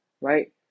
Right